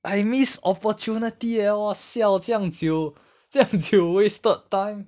I missed opportunity eh !wah! siao 这样久这样久 wasted time